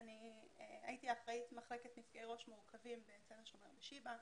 הייתי אחראית נפגעי ראש מורכבים בתל השומר, בשיבא.